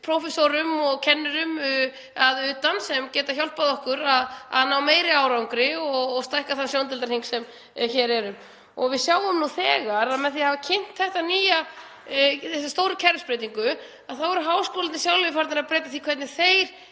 prófessorum og kennurum að utan sem geta hjálpað okkur að ná meiri árangri og stækka þann sjóndeildarhring sem hér er. Við sjáum nú þegar að með því að hafa kynnt þessa stóru kerfisbreytingu eru háskólarnir sjálfir farnir að breyta því hvernig þeir